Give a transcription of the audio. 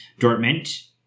Dortmund